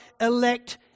elect